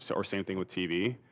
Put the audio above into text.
so or same thing with tv,